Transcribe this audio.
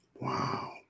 Wow